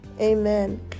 amen